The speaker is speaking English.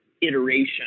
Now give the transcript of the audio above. iteration